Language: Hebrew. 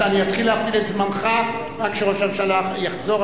אני אתחיל להפעיל את זמנך רק כשראש הממשלה יחזור.